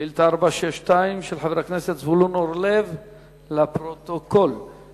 חבר הכנסת חיים אמסלם שאל את השר לביטחון פנים ביום א'